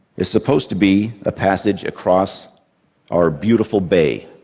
is supposed to be a passage across our beautiful bay,